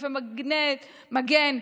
משקפי מגן,